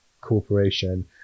corporation